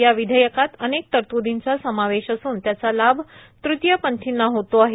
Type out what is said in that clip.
या विधेयकात अनेक तरत्दींचा समावेश असून त्याचा लाभ तृतीयपंथींना होतो आहे